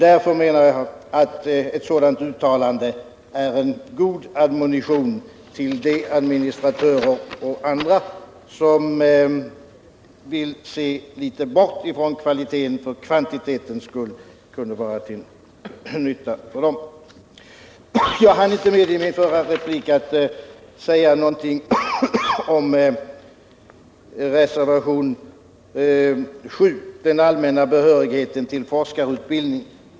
Därför menar jag att ett sådant uttalande är en god admonition till de administratörer och andra som vill se bort från kvaliteten för kvantitetens skull. Det kunde vara till nytta för dem. Jag hann i min förra replik inte säga någonting om reservationen 7 beträffande allmän behörighet till forskarutbildning.